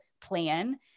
plan